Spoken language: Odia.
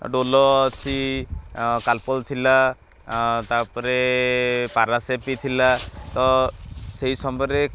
ଡୋଲ ଅଛି କାଲ୍ପଲ ଥିଲା ତାପରେ ପାରାସେଫ୍ ବି ଥିଲା ତ ସେଇ ସମୟରେ